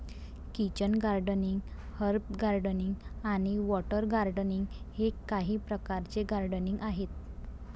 kitchen gardening, herb gardening आणि water gardening हे काही प्रकारचे गार्डनिंग आहेत